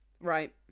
Right